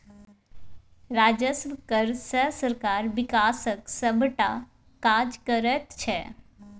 राजस्व कर सँ सरकार बिकासक सभटा काज करैत छै